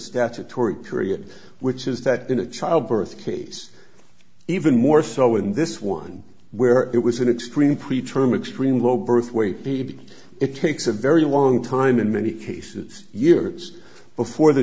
statutory period which is that in a childbirth case even more so in this one where it was an extreme pre term extreme low birthweight paid it takes a very long time in many cases years before the